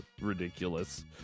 Ridiculous